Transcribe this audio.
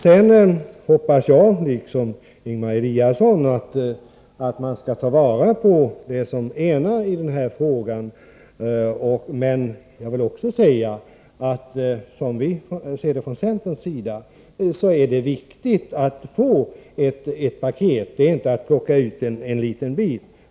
Liksom Ingemar Eliasson hoppas jag att man skall ta vara på det som enar i den här frågan. Men jag vill också säga att som vi ser det från centerns sida är det viktigt att få ett paket, inte att plocka ut en liten bit.